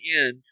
end